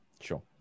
sure